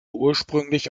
ursprünglich